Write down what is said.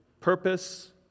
purpose